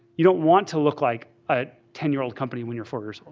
you don't want to look like a ten year old company when you're four years old.